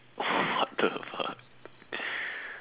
what the fuck